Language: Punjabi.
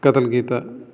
ਕਤਲ ਕੀਤਾ